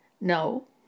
No